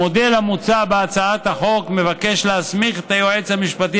המודל המוצע בהצעת החוק מבקש להסמיך את היועץ המשפטי